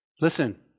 Listen